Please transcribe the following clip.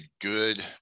good